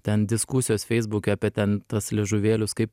ten diskusijos feisbuke apie ten tuos liežuvėlius kaip